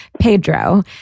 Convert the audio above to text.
Pedro